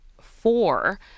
four